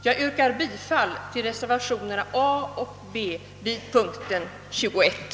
Jag yrkar bifall till reservationerna a och b vid punkten 21.